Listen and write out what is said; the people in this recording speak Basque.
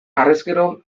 harrezkero